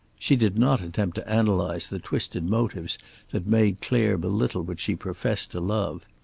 she did not attempt to analyze the twisted motives that made clare belittle what she professed to love.